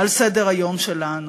על סדר-היום שלנו.